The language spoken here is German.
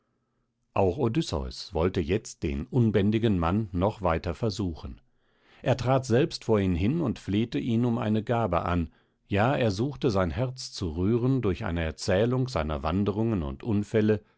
auch odysseus wollte jetzt den unbändigen mann noch weiter versuchen er trat selbst vor ihn hin und flehte ihn um eine gabe an ja er suchte sein herz zu rühren durch eine erzählung seiner wanderungen und unfälle